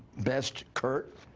best, kurt.